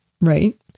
right